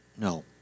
No